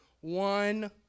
one